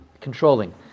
controlling